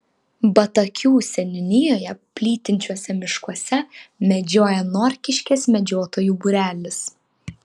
batakių seniūnijoje plytinčiuose miškuose medžioja norkiškės medžiotojų būrelis